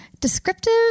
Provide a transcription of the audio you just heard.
descriptive